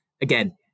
again